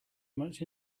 much